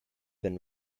been